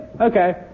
Okay